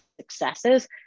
successes